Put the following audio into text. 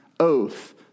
Oath